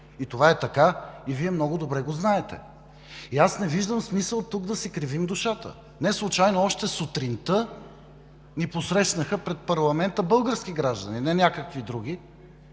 Това е така и Вие, много добре го знаете. Не виждам смисъл тук да си кривим душата. Неслучайно още сутринта ни посрещнаха пред парламента български граждани – не някакви други.